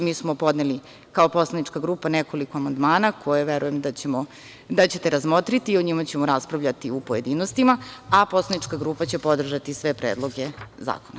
Mi smo podneli, kao poslanička grupa, nekoliko amandmana, koje verujem da ćete razmotriti i o njima ćemo raspravljati u pojedinostima, a poslanička grupa će podržati sve predloge zakona.